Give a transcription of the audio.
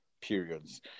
periods